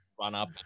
run-up